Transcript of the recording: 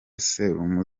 serumu